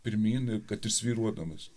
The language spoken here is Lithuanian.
pirmyn kad ir svyruodamas